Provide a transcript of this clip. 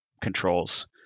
controls